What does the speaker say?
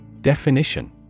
Definition